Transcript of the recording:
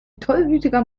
tollwütiger